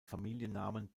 familiennamen